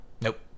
nope